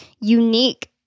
unique